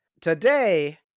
Today